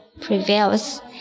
prevails